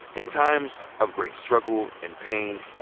in times of great struggle and pain,